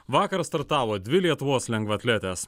vakar startavo dvi lietuvos lengvaatletės